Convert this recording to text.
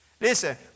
Listen